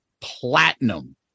platinum